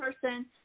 person